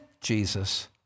Jesus